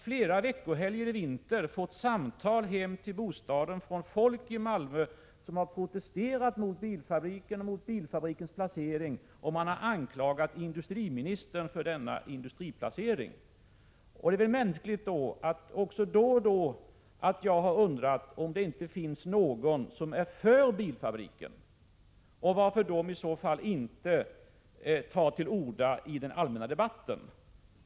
Flera helger i vinter har jag fått samtal hem till bostaden från människor i Malmö som har protesterat mot bilfabriken och dess placering. Man har också anklagat industriministern för denna industriplacering. Det är väl under sådana förhållanden mänskligt att även jag då och då har undrat om det inte finns någon som är för bilfabriken och varför man i så fall inte tar till orda i den allmänna debatten.